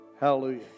Hallelujah